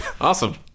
awesome